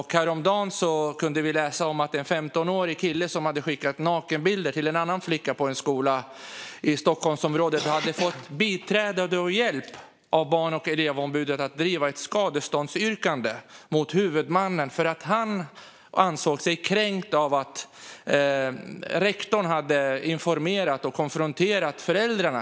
Häromdagen kunde vi läsa om att en 15-årig kille som hade skickat nakenbilder till en flicka på en skola i Stockholmsområdet hade fått biträde och hjälp av Barn och elevombudet att driva ett skadeståndsyrkande mot huvudmannen för att han ansåg sig kränkt av att rektorn hade informerat och konfronterat pojkens föräldrar.